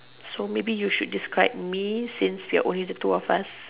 so maybe you should describe me since there are only the two of us